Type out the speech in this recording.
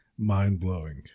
mind-blowing